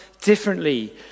differently